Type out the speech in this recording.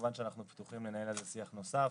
כמובן שאנחנו פתוחים לנהל על זה שיח נוסף,